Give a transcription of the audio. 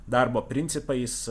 darbo principais